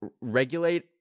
regulate